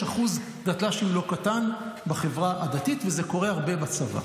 יש אחוז דתל"שים לא קטן בחברה הדתית וזה קורה הרבה בצבא.